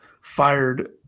fired